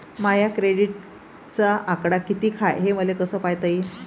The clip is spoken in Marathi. माया क्रेडिटचा आकडा कितीक हाय हे मले कस पायता येईन?